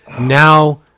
Now